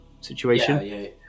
situation